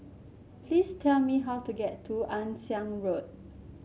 please tell me how to get to Ann Siang Road